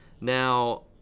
Now